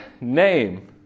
name